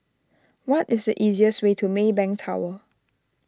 what is the easiest way to Maybank Tower